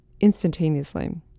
instantaneously